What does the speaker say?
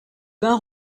bain